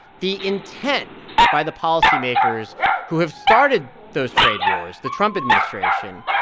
the intent by the policymakers who have started those trade wars, the trump administration,